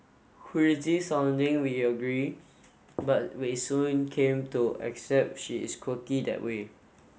crazy sounding we agree but we soon came to accept she is quirky that way